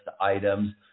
items